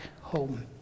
home